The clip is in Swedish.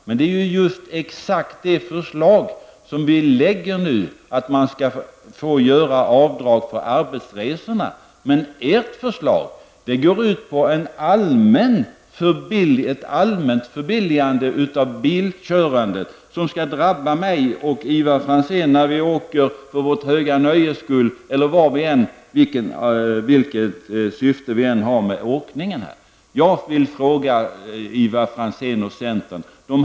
Men detta är ju exakt det förslag som vi nu lägger fram, nämligen att man skall få göra avdrag för arbetsresorna. Ert förslag går emellertid ut på ett allmänt förbilligande av bilkörandet, som skall drabba mig och Ivar Franzén när vi åker för vårt höga nöjes skull eller vad vi än har för syfte med åkandet.